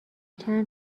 چند